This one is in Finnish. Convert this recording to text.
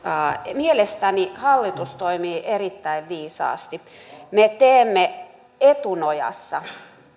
mielestäni hallitus toimii erittäin viisaasti me teemme etunojassa